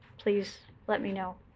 please let me know.